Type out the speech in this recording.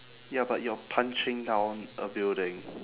ya but you're punching down a building